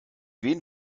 wen